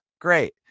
Great